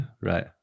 right